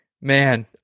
Man